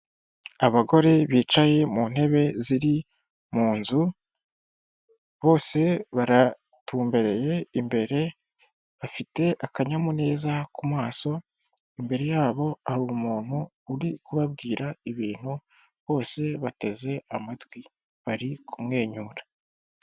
Abagore bicaye mu ntebe ziri mu nzu bose baratumbereye imbere bafite akanyamuneza ku maso imbere yabo hari umuntu uri kubabwira ibintu bose bateze amatwi bari kumwenyura.